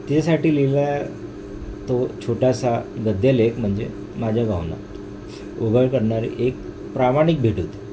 तिच्यासाठी लिहिला तो छोटासा गद्यलेख म्हणजे माझ्या भावना उघड करणारी एक प्रामाणिक भेट होती